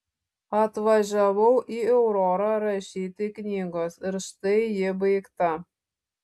atvažiavau į aurorą rašyti knygos ir štai ji baigta